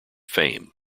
fame